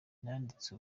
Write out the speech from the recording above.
nanditse